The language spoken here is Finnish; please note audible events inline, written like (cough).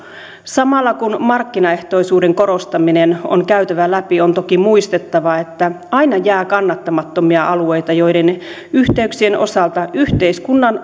samalla kun markkinaehtoisuuden korostaminen on käytävä läpi on toki muistettava että aina jää kannattamattomia alueita joiden yhteyksien osalta yhteiskunnan (unintelligible)